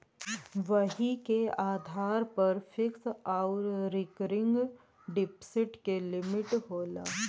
वही के आधार पर फिक्स आउर रीकरिंग डिप्सिट के लिमिट होला